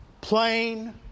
plain